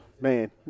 man